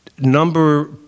Number